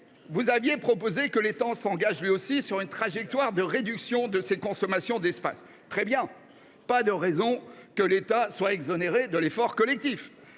vous aviez proposé que l’État s’engage, lui aussi, dans une trajectoire de réduction de ses consommations d’espaces. Très bien ! Rien ne justifie en effet que l’État soit exonéré de l’effort collectif.